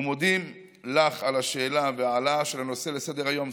ומודים לך על השאלה וההעלאה של הנושא לסדר-היום.